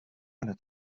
eine